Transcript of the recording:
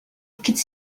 could